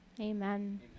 Amen